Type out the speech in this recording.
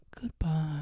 Goodbye